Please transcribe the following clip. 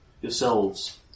yourselves